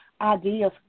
ideas